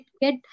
get